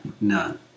None